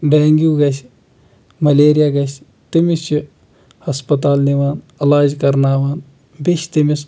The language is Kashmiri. ڈٮ۪نٛگوٗ گَژھِ مَلیٚرِیا گَژھِ تٔمِس چھِ ہَسپَتال نِوان علاج کَرناوان بیٚیہِ چھِ تٔمِس